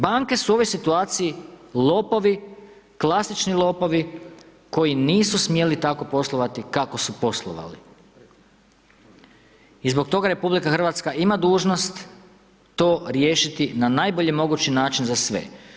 Banke su u ovoj situaciji lopovi, klasični lopovi koji nisu smjeli tako poslovati kako su poslovali i zbog toga RH ima dužnost to riješiti na najbolji mogući način za sve.